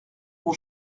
mon